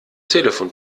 telefon